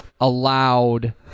allowed